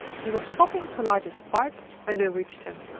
he was stopping to light his pipe, when they reached him.